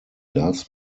loves